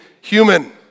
human